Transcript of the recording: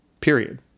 Period